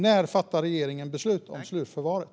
När fattar regeringen beslut om slutförvaret?